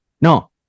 no